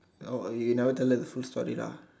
oh you never tell them the full story lah